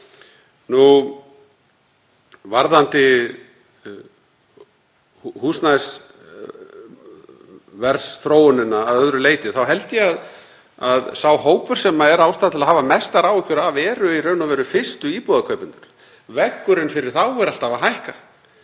Varðandi húsnæðisverðsþróunina að öðru leyti þá held ég að sá hópur sem er ástæða til að hafa mestar áhyggjur af sé í raun og veru fyrstu íbúðarkaupendur. Veggurinn fyrir þá er alltaf að hækka